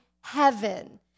heaven